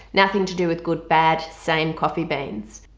nothing to do with good bad same coffee beans.